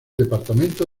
departamento